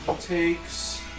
takes